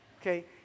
Okay